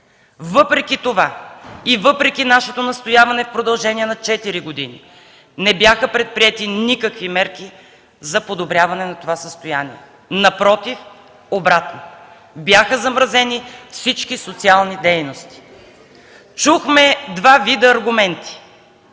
Въпреки това и въпреки нашето настояване в продължение на четири години не бяха предприети никакви мерки за подобряване на това състояние. Напротив, обратното – бяха замразени всички социални дейности. Чухме два вида аргумента.